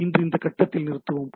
இன்று இந்த கட்டத்தில் நிறுத்துவோம்